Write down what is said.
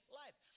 life